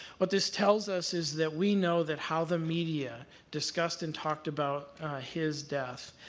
what this tells us is that we know that how the media discussed and talked about his death,